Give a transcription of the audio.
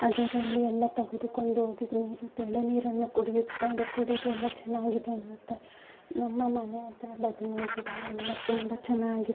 ಅದರಲ್ಲಿ ಎಲ್ಲ ತೆಗೆದುಕೊಂಡು ಹೋಗಿ ನೀರು ಎಳನೀರನ್ನು ಕುಡಿಯುತ್ತಾರೆ ಕುಡಿದು ಎಲ್ಲ ಚೆನ್ನಾಗಿದೆ ಎನ್ನುತ್ತಾರೆ ನಮ್ಮ ಮನೆ ಹತ್ರ ಬದನೇ ಗಿಡ ಎಲ್ಲ ತುಂಬ ಚೆನ್ನಾಗಿದೆ